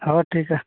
ᱦᱚᱸ ᱴᱷᱤᱠᱼᱟ